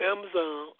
Amazon